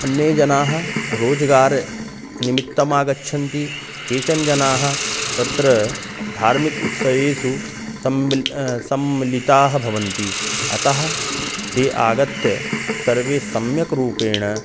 अन्ये जनाः रोजगारं निमित्तमागच्छन्ति केचन् जनाः तत्र धार्मिकः उत्सवेषु सम्मिल्य सम्मिलिताः भवन्ति अतः ते आगत्य सर्वे सम्यक्रूपेण